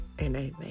amen